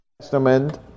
Testament